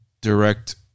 direct